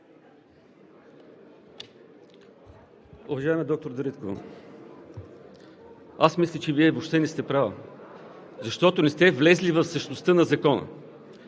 Уважаема доктор Дариткова, мисля, че Вие въобще не сте права, защото не сте влезли в същността на Закона.